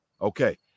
Okay